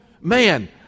man